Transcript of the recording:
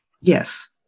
Yes